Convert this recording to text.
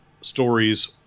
stories